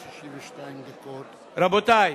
רבותי,